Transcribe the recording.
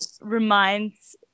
reminds